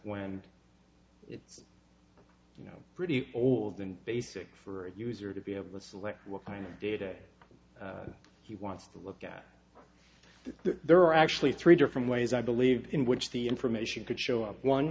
when it's you know pretty old and basic for a user to be able to select what kind of data he wants to look at there are actually three different ways i believe in which the information could show up one